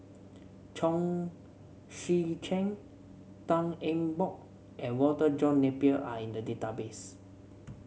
Chong Tze Chien Tan Eng Bock and Walter John Napier are in the database